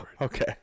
Okay